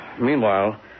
Meanwhile